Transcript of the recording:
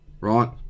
Right